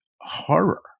horror